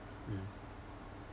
mm